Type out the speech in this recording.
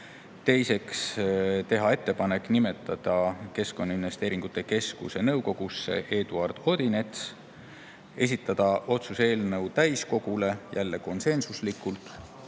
Teiseks, teha ettepanek nimetada Keskkonnainvesteeringute Keskuse nõukogusse Eduard Odinets. [Kolmandaks,] esitada otsuse eelnõu täiskogule, jälle konsensuslikult,